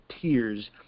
tears